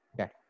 Okay